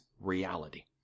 reality